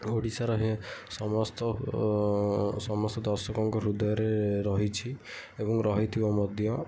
ଓଡ଼ିଶାର ସମସ୍ତ ସମସ୍ତ ଦର୍ଶକଙ୍କ ହୃଦୟରେ ରହିଛି ଏବଂ ରହିଥିବ ମଧ୍ୟ